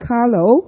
Carlo